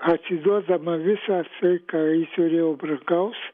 atiduodama visą tai ką ji turėjo brangaus